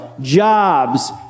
jobs